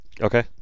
Okay